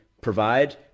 provide